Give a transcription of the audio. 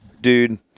dude